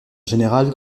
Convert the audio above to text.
générale